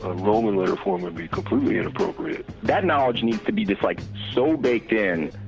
ah lonely letter form would be completely inappropriate that knowledge needs to be defined so baked in,